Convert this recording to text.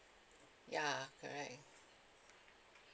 ya correct